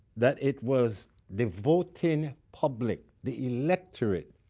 that it was the voting public, the electorate,